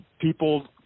people